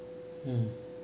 mm